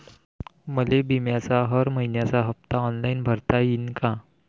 मले बिम्याचा हर मइन्याचा हप्ता ऑनलाईन भरता यीन का?